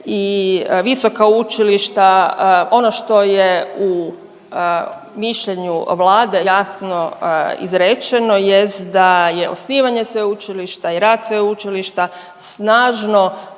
visoka učilišta. Ono što je u mišljenju Vlade jasno izrečeno jest da je osnivanje sveučilišta i rad sveučilišta snažno